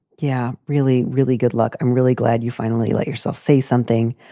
yeah. really, really good luck. i'm really glad you finally let yourself say something.